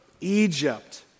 Egypt